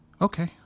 Okay